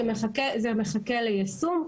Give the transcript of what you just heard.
זה מחכה ליישום.